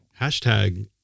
Hashtag